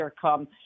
come